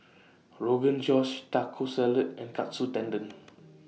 Rogan Josh Taco Salad and Katsu Tendon